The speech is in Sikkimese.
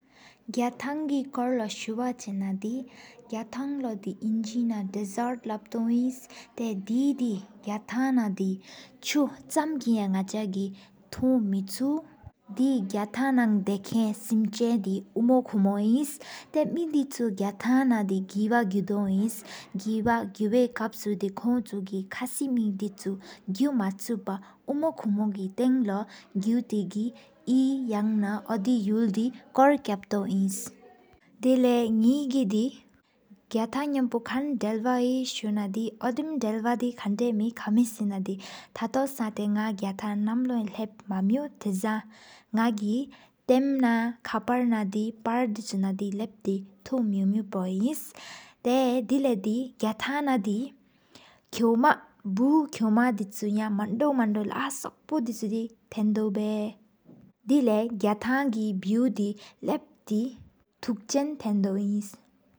ག་ཐང་གི་དཀོར་ལོ་སུབ་ཆེ་ན་དི། ག་ཐང་དེ་ལོ་ཨིང་གེ་ན་དེ་སརཊིས་ལབ་སྟོ་ཨིན། ཏེ་དེ་དི་ག་ཐང་ན་དེ་ཆུ་ཆམ་གི། ཡ་ནག་ཆ་གི་ཐུག་མེ་ཆུ། དེ་ག་ཐང་ན་དེཁན་གསིམ་ཆ་དི། ཧུ་མོ་ཀུ་མོ་ཨིན་ཐཱ་མེ་དི་ཆུ་དི་ག་ཐང་ན། གེ་བ་གུ་དོ་ཨིན་གེ་བ་གུ་ཝའི་ཀབ། སུ་ཀོང་ཆུ། ཁ་སི་མེ་ཆུ་གུ་མ་ཆུ་པ་ཧུ་མོ་ཀུ་མོ་གི། ཏང་ལོ་ གུ་ཏེ་གི་ ཨོ་དི་ཡུ་ལ་དེ་སྐོར་ཀཔ་སྟོ་ཨིན། དེ་ནགེ་གི་དེ་ག་ཐང་ནམ་པོ་དྷ་ལི་བ། ཀང་ཡེ་པོ་སུབ་ཆེ་ན་དི། ཨོ་དེམ་ད་ལུ་དི་ཀན་ད་མེ་ཁ་མི་སུབ་ཆེ་ན། ཐཱ་ཐུབ་སབག་ནག་ག་ཐང་ན་ནམ་ལོ་ཡ། ལྷ་བརྨ་མོང་དེ་སང་ནག་ གི་ཏེམ་ན། ཁ་པར་ན་དེ་ལབ་ཐེ་ཐོག་མོོ་ནུ་པོ་ཨིན། ཏེ་དེ་ལེགས་སུམ་ག་ཐང་ན་དི། བུགས་ཁོ་མ་དི་ཆུ་མཱན་དོ་བོ་ལགས་སོག་པོ། དི་ཆུ་ཐེན་དོ་བེ་དེ་ལས་ག་ཐང་གི། བེའུ་དི་ལབ་ཏེ་ཐོག་ཆེན་ཐེན་དོ་ཨིན།